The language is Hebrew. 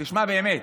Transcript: תשמע באמת.